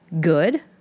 good